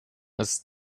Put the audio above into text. ist